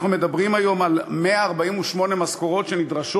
אנחנו מדברים היום על 148 משכורות שנדרשות